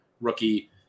rookie